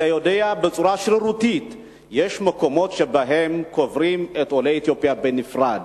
אתה יודע שיש מקומות שבהם בצורה שרירותית קוברים את עולי אתיופיה בנפרד.